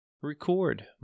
record